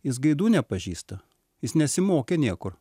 jis gaidų nepažįsta jis nesimokė niekur